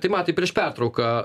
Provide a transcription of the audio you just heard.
tai matai prieš pertrauką